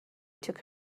took